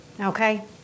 Okay